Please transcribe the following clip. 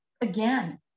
Again